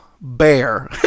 bear